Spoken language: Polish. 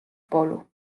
polu